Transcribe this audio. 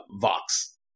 Vox